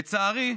לצערי,